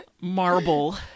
marble